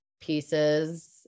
pieces